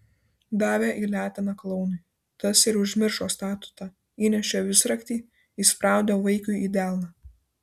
davė į leteną klounui tas ir užmiršo statutą įnešė visraktį įspraudė vaikiui į delną